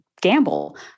gamble